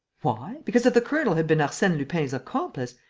why? because, if the colonel had been arsene lupin's accomplice,